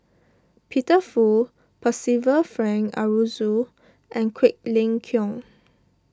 Peter Fu Percival Frank Aroozoo and Quek Ling Kiong